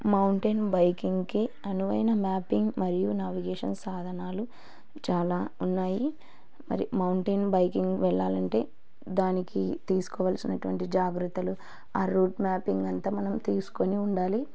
mountain బైకింగ్కి అనువైన mapping మరియు నావిగేషన్ సాధనాలు చాలా ఉన్నాయి మరి మౌంటైన్ బైకింగ్ వెళ్ళాలి అంటే దానికి తీసుకోవాల్సినటువంటి జాగ్రత్తలు ఆ రూట్ మ్యాపింగ్ అంతా మనం తీసుకొని ఉండాలి